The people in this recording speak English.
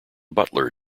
butler